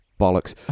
bollocks